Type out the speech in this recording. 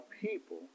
people